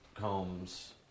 Combs